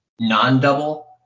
non-double